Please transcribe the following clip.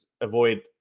avoid